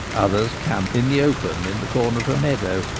others camp in the open in the corner of a meadow,